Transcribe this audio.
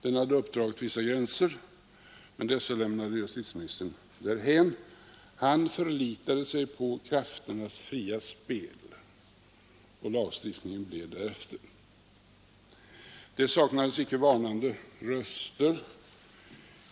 Den hade uppdragit vissa gränser, men dessa lämnade justitieministern därhän. Han förlitade sig på krafternas fria spel; och lagstiftningen blev därefter. Det saknades inte varnande röster.